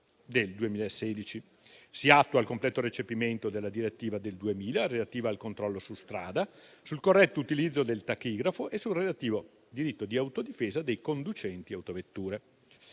del 2016. Si attua il completo recepimento della direttiva del 2000 relativa al controllo su strada, sul corretto utilizzo del tachigrafo e sul relativo diritto di autodifesa dei conducenti di autovetture.